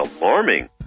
alarming